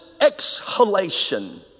exhalation